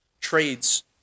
trades